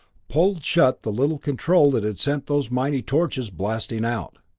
pulled shut the little control that had sent those mighty torches blasting out.